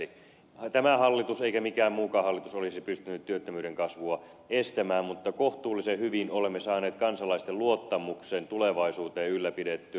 ei tämä hallitus eikä mikään muukaan hallitus olisi pystynyt työttömyyden kasvua estämään mutta kohtuullisen hyvin olemme saaneet kansalaisten luottamuksen tulevaisuuteen ylläpidettyä